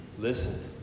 listen